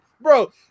bro